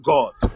God